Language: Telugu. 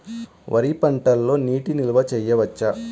వరి పంటలో నీటి నిల్వ చేయవచ్చా?